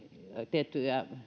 tiettyjä